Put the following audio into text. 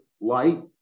light